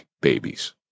babies